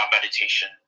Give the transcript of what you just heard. meditation